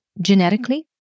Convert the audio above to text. genetically